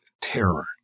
terror